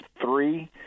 three